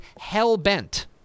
hell-bent